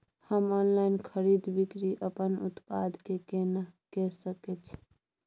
हम ऑनलाइन खरीद बिक्री अपन उत्पाद के केना के सकै छी?